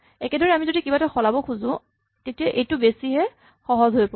একেদৰেই আমি যদি কিবা এটা সলাব খোজো তেতিয়া এইটো বেছিহে সহজ হৈ পৰে